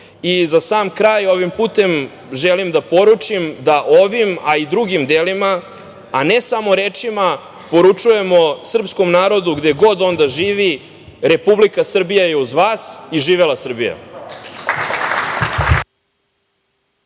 sam kraj, ovim putem želim da poručim da ovim, a i drugim delima, a ne samo rečima, poručujemo srpskom narodu gde god on da živi Republika Srbija je uz vas i živela Srbija.